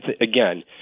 again